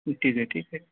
کچھ چیزیں ٹھیک ہے